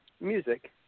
music